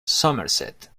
somerset